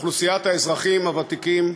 אוכלוסיית האזרחים הוותיקים,